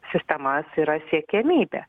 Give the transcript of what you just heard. sistemas yra siekiamybė